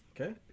Okay